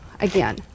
again